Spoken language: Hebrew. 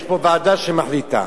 יש פה ועדה שמחליטה.